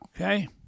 Okay